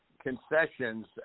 concessions